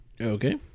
Okay